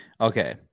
Okay